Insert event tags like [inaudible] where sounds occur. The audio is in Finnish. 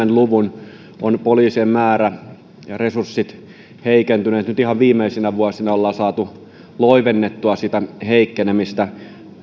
[unintelligible] luvun ovat poliisien määrä ja resurssit heikentyneet nyt ihan viimeisinä vuosina ollaan saatu loivennettua sitä heikkenemistä